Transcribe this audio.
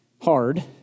hard